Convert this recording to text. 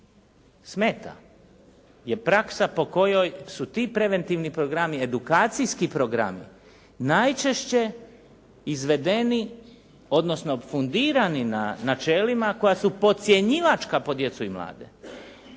smeta je praksa po kojoj su ti preventivni programi edukacijski programi najčešće izvedeni odnosno fundirani na načelima koja su podcjenjivačka po djecu i mlade.